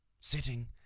Sitting